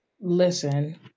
Listen